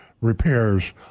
repairs